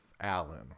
Alan